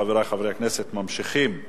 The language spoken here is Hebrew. חברי חברי הכנסת, אנחנו ממשיכים בסדר-היום: